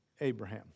Abraham